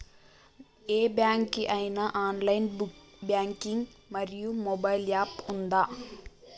ఏ bank కి ఐనా online banking మరియు మొబైల్ యాప్ ఉందా?